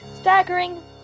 staggering